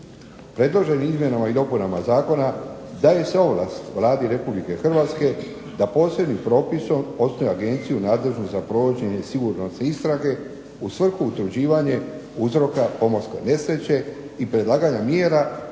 Predloženim izmjenama i dopunama zakona daju se ovlasti Vladi Republike Hrvatske da posebnim propisom osnuje agenciju nadležnu za provođenje sigurnosne istrage u svrhu utvrđivanja uzroka pomorske nesreće i predlaganja mjera radi